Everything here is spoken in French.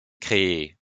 créées